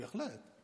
בהחלט.